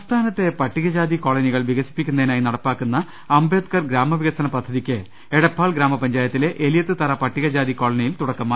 സംസ്ഥാനത്തെ പട്ടികജാതി കോളനികൾ വികസിപ്പിക്കുന്നതി നായി നടപ്പിലാക്കുന്ന അംബേദ്ക്കർ ഗ്രാമവികസന പദ്ധതിക്ക് എട പ്പാൾ ഗ്രാമപഞ്ചായത്തിലെ എലിയത്ത് തറ പട്ടികജാതി കോളനിയിൽ തുടക്കമായി